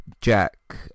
Jack